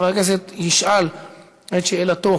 חבר הכנסת ישאל את שאלתו